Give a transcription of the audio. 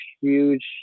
huge